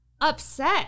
upset